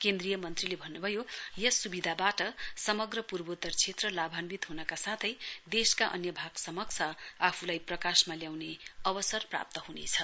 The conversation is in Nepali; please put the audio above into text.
केन्द्रीय मन्त्रीले भन्नु भयो यो सुविधाबाट समग्र पूर्वोत्र क्षेत्र लाभान्वित हुनका साथै देशका अन्य भागसमक्ष आफूलाई प्रकाशमा ल्याउने अवसर प्राप्त हुनेछ